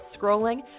scrolling